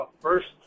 First